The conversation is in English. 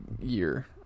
year